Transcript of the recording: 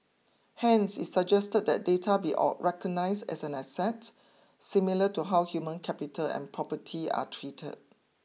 hence it suggested that data be recognised as an asset similar to how human capital and property are treated